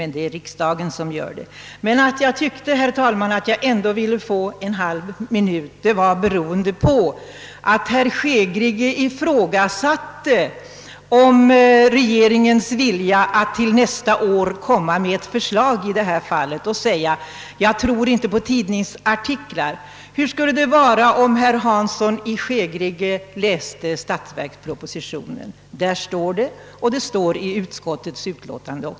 Att jag ändå tyckte att jag nu ville ta en halv minut i anspråk berodde på herr Hanssons i Skegrie ifrågasättande av regeringens vilja att till nästa år framlägga förslag i detta ärende och hans uttalande att han inte tror på tidningsartiklar. Hur skulle det vara om herr Hansson i Skegrie läste statsverkspropositionen? Där står detta liksom också i utskottsutlåtandet.